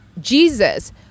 Jesus